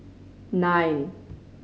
nine